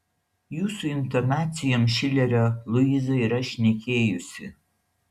jūsų intonacijom šilerio luiza yra šnekėjusi